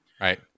right